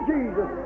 Jesus